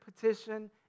petition